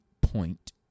point